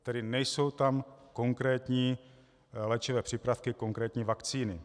Tedy nejsou tam konkrétní léčivé přípravky, konkrétní vakcíny.